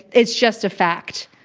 it's just a fact.